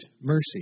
mercy